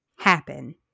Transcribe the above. happen